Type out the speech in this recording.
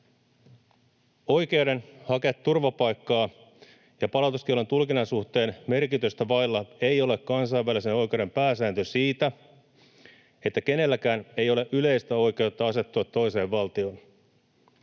”Oikeuden hakea turvapaikkaa ja palautuskiellon tulkinnan suhteen merkitystä vailla ei ole kansainvälisen oikeuden pääsääntö siitä, että kenelläkään ei ole yleistä oikeutta asettua toiseen valtioon.